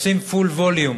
לשים בפול ווליום